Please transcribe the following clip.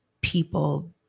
People